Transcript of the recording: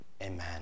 Amen